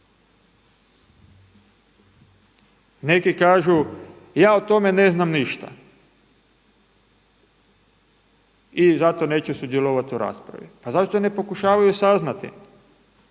Neki kažu ja o tome ne znam ništa i zato neću sudjelovati u raspravi. Pa zašto ne pokušavaju saznati?